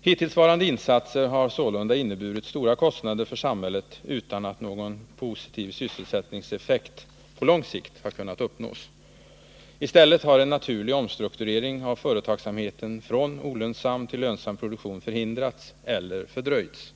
Hittillsvarande insatser har sålunda inneburit stora kostnader för samhället utan att någon positiv sysselsättningseffekt på lång sikt har kunnat uppnås. I stället har en naturlig omstrukturering av företagsamheten från olönsam till lönsam produktion förhindrats eller fördröjts.